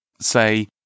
Say